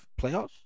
playoffs